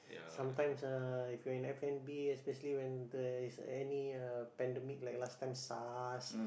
sometimes ah if you are in f-and-b especially when there is any uh pandemic like last time Sars